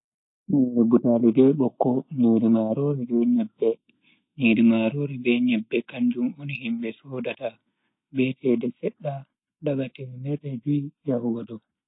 Nyiri butaali be bokko, nyiri marori be nyebban, nyiri marori be nyebbe kamjun on himbe sodata be cede sedda daga temerre jui yahugo dow.